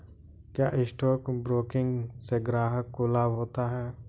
क्या stock broking से ग्राहक को लाभ होता है?